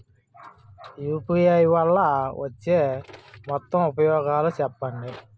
UPI వల్ల వచ్చే మొత్తం ఉపయోగాలు చెప్పండి?